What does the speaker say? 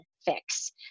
fix